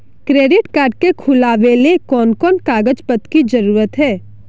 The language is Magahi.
क्रेडिट कार्ड के खुलावेले कोन कोन कागज पत्र की जरूरत है?